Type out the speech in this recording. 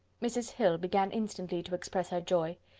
mrs. hill began instantly to express her joy.